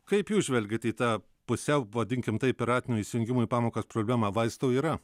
kaip jūs žvelgiat į tą pusiau vadinkim taip piratinio įsijungimo į pamokas problemą vaistų yra